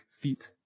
feet